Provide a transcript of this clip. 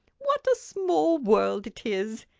what a small world it is!